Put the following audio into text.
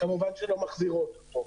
לא מחזירות אותו כמובן.